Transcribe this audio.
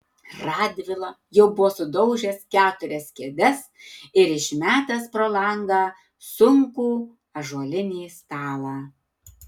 radvila jau buvo sudaužęs keturias kėdes ir išmetęs pro langą sunkų ąžuolinį stalą